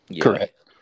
Correct